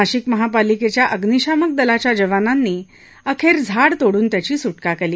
नाशिक महापालिकेच्या अग्निशामक दलाच्या जवानांनी अखेर झाड तोडून त्याची सुटका केली